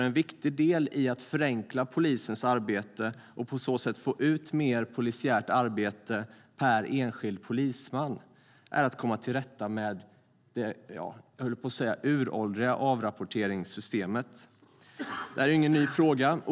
En viktig del i att förenkla polisens arbete och på så sätt få ut mer polisiärt arbete per enskild polisman är att komma till rätta med det uråldriga - höll jag på att säga - avrapporteringssystemet. Det här är ingen ny fråga.